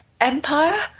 Empire